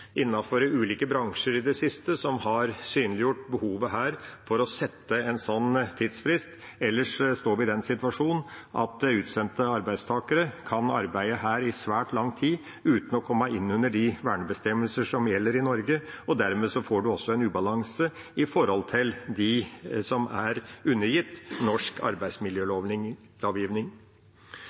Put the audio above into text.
ulike bransjer i det siste som har synliggjort behovet for å sette en slik tidsfrist. Uten en slik tidsfrist vil vi stå i den situasjon at utsendte arbeidstakere kan arbeide her i svært lang tid uten å komme inn under de vernebestemmelser som gjelder i Norge. Dermed vil en også få en ubalanse mellom disse arbeidstakerne og de som er underlagt norsk